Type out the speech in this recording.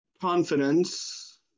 Confidence